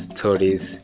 Stories